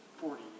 Forty